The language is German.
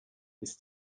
ist